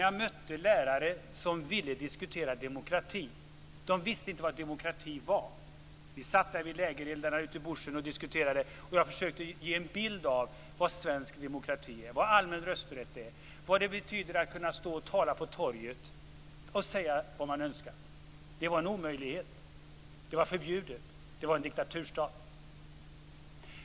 Jag mötte då lärare som ville diskutera demokrati. De visste inte vad demokrati var. Vi satt vid lägereldarna ute i bushen och diskuterade, och jag försökte ge en bild av vad svensk demokrati är, vad allmän rösträtt är och vad det betyder att kunna stå och tala på torget och säga vad man önskar. Det var en omöjlighet. Det var förbjudet. Det var en diktaturstat.